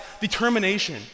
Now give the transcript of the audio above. determination